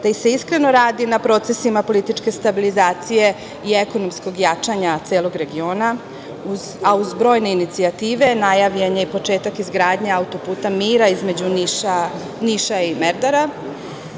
da se iskreno radi na procesima političke stabilizacije i ekonomskog jačanja celog regiona, uz brojne inicijative, najavljen je i početak izgradnje „Auto-puta mira“ između Niša i Merdara,